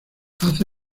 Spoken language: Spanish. hace